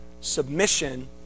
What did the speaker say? submission